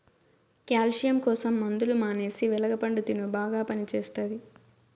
calcium కోసం మందులు మానేసి వెలగ పండు తిను బాగా పనిచేస్తది